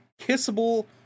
kissable